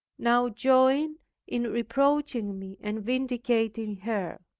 now joined in reproaching me and vindicating her.